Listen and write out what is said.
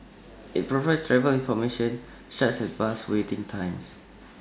IT provides travel information such as bus waiting times